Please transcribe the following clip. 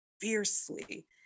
fiercely